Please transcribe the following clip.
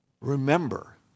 Remember